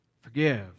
forgive